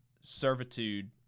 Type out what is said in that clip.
servitude